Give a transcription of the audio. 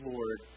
Lord